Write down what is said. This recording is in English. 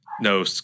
no